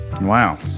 Wow